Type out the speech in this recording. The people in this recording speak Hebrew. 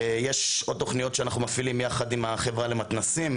יש עוד תוכניות שאנחנו מפעילים יחד עם החברה למתנ"סים,